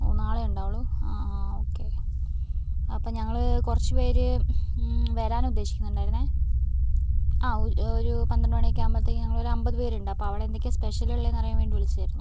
ഓ നാളെ ഉണ്ടാവുള്ളോ ആ ആ ഓക്കേ അപ്പം ഞങ്ങൾ കുറച്ച് പേർ വരാൻ ഉദ്ദേശിക്കുന്നുണ്ടായിരുന്നേ ആ ഒ ഒരു പന്ത്രണ്ട് മണി ഒക്കെ ആകുമ്പോളത്തേക്കും ഞങ്ങൾ ഒരു അമ്പത് പേരുണ്ട് അവിടെ എന്തൊക്കെയാണ് സ്പെഷ്യൽ ഉള്ളത് എന്ന് അറിയാൻ വേണ്ടി വിളിച്ചതായിരുന്നു